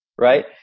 right